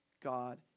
God